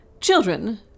Children